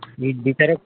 বিচারক